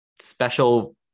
special